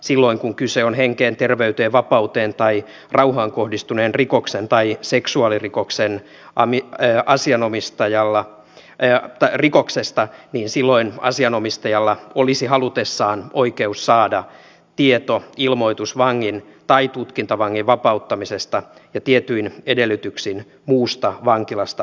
silloin kun kyse on henkeen terveyteen vapauteen tai rauhaan kohdistuneesta rikoksesta tai seksuaalirikoksesta asianomistajalla olisi halutessaan oikeus saada tieto ilmoitus vangin tai tutkintavangin vapauttamisesta ja tietyin edellytyksin muusta vankilasta poistumisesta